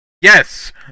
Yes